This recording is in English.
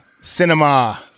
Cinema